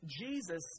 Jesus